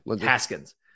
Haskins